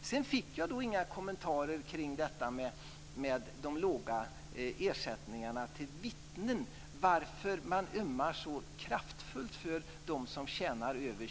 Sedan fick jag inga kommentarer kring detta med de låga ersättningarna till vittnen och varför man ömmar så kraftfullt för dem som tjänar över